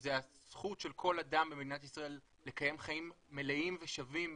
שזו הזכות של כל אדם במדינת ישראל לקיים חיים מלאים ושווים